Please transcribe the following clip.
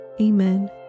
Amen